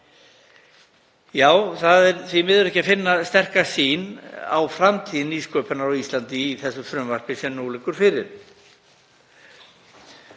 Já, það er því miður ekki að finna sterka sýn á framtíð nýsköpunar á Íslandi í frumvarpinu sem nú liggur fyrir.